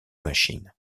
machines